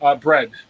bread